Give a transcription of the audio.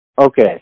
okay